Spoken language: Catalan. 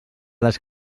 les